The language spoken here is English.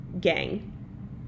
gang